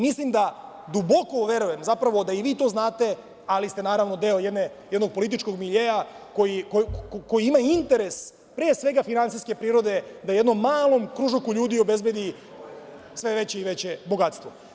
Mislim, duboko verujem, zapravo da i vi to znate, ali ste naravno deo jednog političkog miljea koji ima interes, pre svega, finansijske prirode da jednom malom kružoku ljudi obezbedi sve veće i veće bogatstvo.